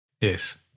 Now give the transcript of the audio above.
Yes